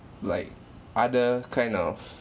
like other kind of